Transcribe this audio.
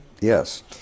Yes